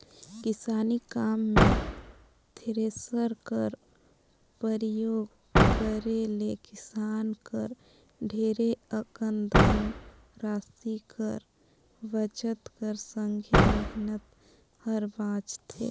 किसानी काम मे थेरेसर कर परियोग करे ले किसान कर ढेरे अकन धन रासि कर बचत कर संघे मेहनत हर बाचथे